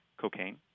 cocaine